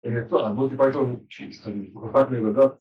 ‫אם נכתוב את זה, ‫אז בואו תפקדו שיש כוחות מלבדות.